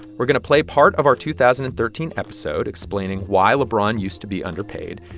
we're going to play part of our two thousand and thirteen episode explaining why lebron used to be underpaid.